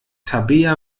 tabea